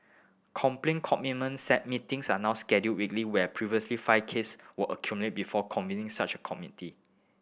complaint meetings are now scheduled weekly where previously five case were accumulated before convening such a committee